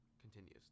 continues